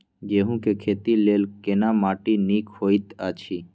गेहूँ के खेती लेल केना माटी नीक होयत अछि?